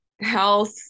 health